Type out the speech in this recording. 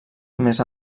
més